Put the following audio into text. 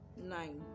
nine